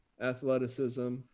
athleticism